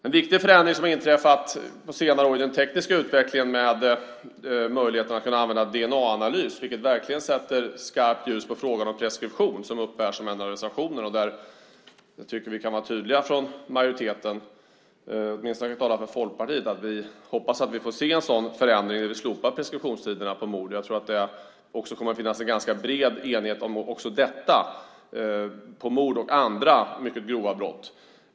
En viktig förändring som har inträffat under senare år är den tekniska utvecklingen och möjligheten att använda dna-analyser. Det sätter verkligen så att säga skarpt ljus på frågan om preskription, något som bärs upp av en av reservationerna. Jag tycker att vi i majoriteten kan vara tydliga där. Åtminstone vi i Folkpartiet hoppas på att få se en sådan förändring som slopad preskriptionstid för mord. Jag tror att det kommer att finnas en ganska bred enighet också om det när det gäller mord och andra mycket grova brott.